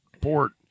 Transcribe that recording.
port